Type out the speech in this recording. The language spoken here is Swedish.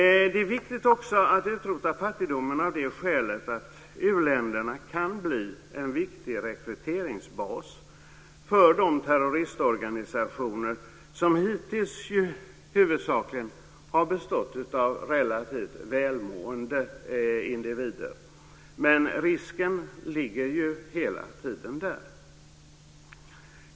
Det är viktigt att utrota fattigdomen också av det skälet att u-länderna kan bli en viktig rekryteringsbas för de terroristorganisationer som ju hittills huvudsakligen har bestått av relativt välmående individer, men risken finns ju hela tiden där.